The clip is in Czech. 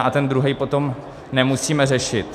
A ten druhý potom nemusíme řešit.